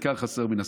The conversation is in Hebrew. עיקר חסר מן הספר.